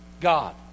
God